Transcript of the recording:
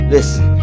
Listen